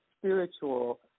spiritual